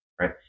right